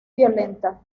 violenta